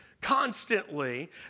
constantly